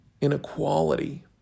inequality